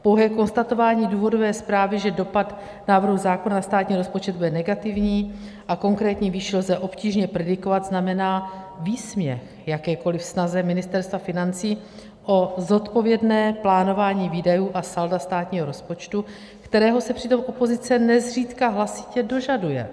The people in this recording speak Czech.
Pouhé konstatování důvodové zprávy, že dopad návrhu zákona na státní rozpočet bude negativní a konkrétní výši lze obtížně predikovat, znamená výsměch jakékoliv snaze Ministerstva financí o zodpovědné plánování výdajů a salda státního rozpočtu, kterého se přitom opozice nezřídka hlasitě dožaduje.